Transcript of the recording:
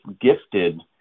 gifted